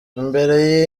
imbere